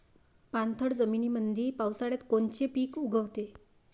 पाणथळ जमीनीमंदी पावसाळ्यात कोनचे पिक उगवते?